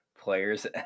players